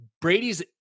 Brady's